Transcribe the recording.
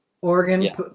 Oregon